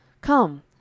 Come